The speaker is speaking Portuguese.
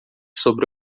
sobre